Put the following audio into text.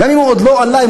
גם אם הוא עוד לא עלה,